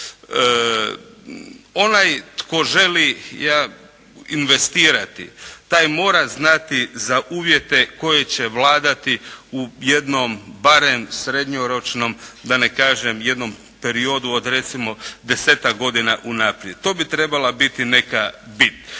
Onaj tko želi investirati, taj mora znati za uvjete koji će vladati u jednom barem srednjoročnom, da ne kažem jednom periodu od recimo desetak godina unaprijed. To bi trebala biti neka bit.